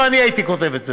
לא אני הייתי כותב את זה,